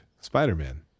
Spider-Man